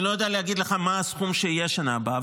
אני לא יודע להגיד לך מה הסכום שיהיה בשנה הבאה,